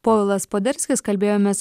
povilas poderskis kalbėjomės